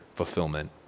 fulfillment